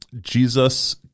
Jesus